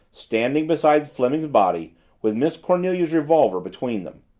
standing beside fleming's body with miss cornelia's revolver between them.